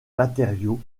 matériaux